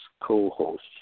co-host